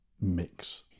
mix